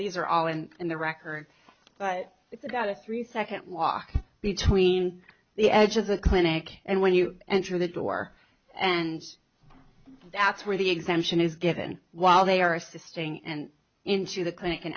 these are all and in the record but it's about a three second walk between the edges a clinic and when you enter the door and that's where the exemption is given while they are assisting and into the clinic and